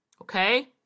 okay